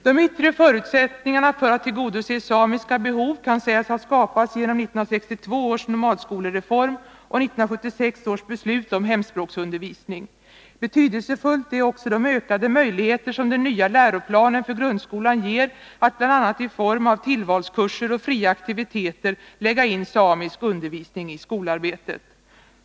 De yttre förutsättningarna för att tillgodose samiska behov kan sägas ha skapats genom 1962 års nomadskolereform och 1976 års beslut om hemspråksundervisning. Betydelsefulla är också de ökade möjligheter som den nya läroplanen för grundskolan ger att bl.a. i form av tillvalskurser och fria aktiviteter lägga in samisk undervisning i skolarbetet.